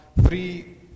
three